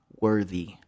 worthy